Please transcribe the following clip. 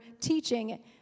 teaching